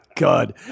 God